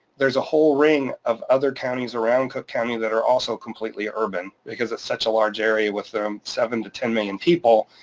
there's a whole ring of other counties around cook county that are also completely urban, because it's such a large area with seven to ten million people